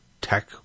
tech